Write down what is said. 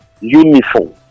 uniform